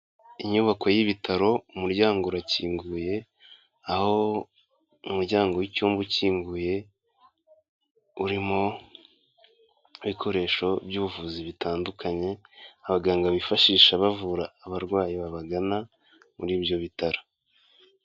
Inyubako y'ibitaro umuryango urakinguye, aho umuryango w'icyumba ukinguye, urimo ibikoresho by'ubuvuzi bitandukanye, abaganga bifashisha bavura abarwayi babagana muri ibyo bitaro.